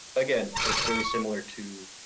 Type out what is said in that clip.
again, it's very similar to